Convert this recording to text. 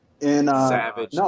Savage